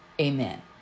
Amen